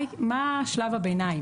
מה שלב הביניים?